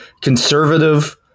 conservative